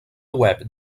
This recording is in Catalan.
web